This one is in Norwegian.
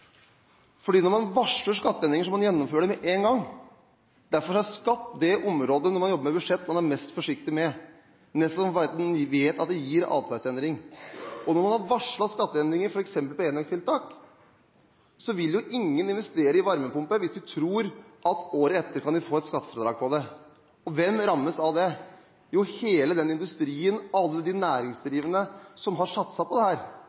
Når man varsler skatteendringer, må man gjennomføre det med en gang. Derfor er skatt – når man jobber med budsjett – det området man må være mest forsiktig med, nettopp fordi man vet at det gir atferdsendring. Når man har varslet skatteendringer, f.eks. på enøktiltak, vil jo ingen investere i varmepumper hvis de tror at de året etter kan få et skattefradrag på dette. Og hvem rammes av det? Jo, hele industrien og alle de næringsdrivende som har satset på